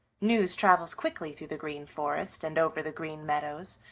news travels quickly through the green forest and over the green meadows,